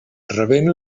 rebent